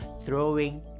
throwing